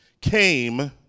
came